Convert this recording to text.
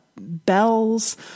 Bells